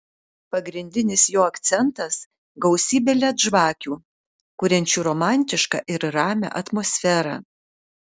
pagrindinis jo akcentas gausybė led žvakių kuriančių romantišką ir ramią atmosferą